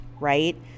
right